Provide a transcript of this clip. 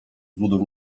złudą